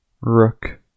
rook